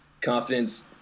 confidence